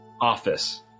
office